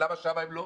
למה שם הם לא?